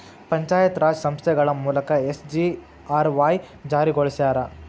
ಪಂಚಾಯತ್ ರಾಜ್ ಸಂಸ್ಥೆಗಳ ಮೂಲಕ ಎಸ್.ಜಿ.ಆರ್.ವಾಯ್ ಜಾರಿಗೊಳಸ್ಯಾರ